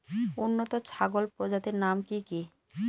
উন্নত ছাগল প্রজাতির নাম কি কি?